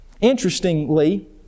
Interestingly